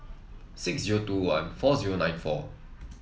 six zero two one four zero nine four